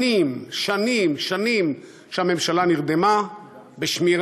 שנים, שנים, שנים שהממשלה נרדמה בשמירה,